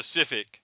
specific